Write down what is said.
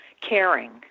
caring